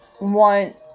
want